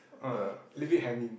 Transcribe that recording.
err leave it hanging